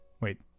Wait